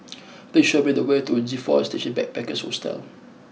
please show me the way to G four Station Backpackers Hostel